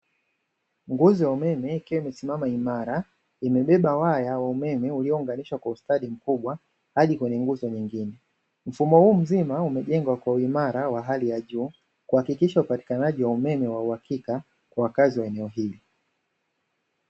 Nguzo ya umeme ikiwa amesimama imara imebeba waya wa umeme uliounganisha kwa ustadi mkubwa hadi kwenye nguzo nyingine, mfumo huu mzima umejenga kwa uimara wa hali ya juu kuhakikisha upatikanaji wa umeme wa uhakika kwa wakazi wa eneo hili.